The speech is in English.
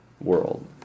world